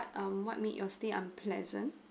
um what made your stay unpleasant